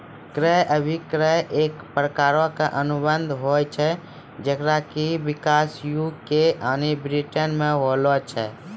क्रय अभिक्रय एक प्रकारो के अनुबंध होय छै जेकरो कि विकास यू.के यानि ब्रिटेनो मे होलो छै